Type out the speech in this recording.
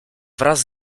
wraz